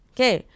Okay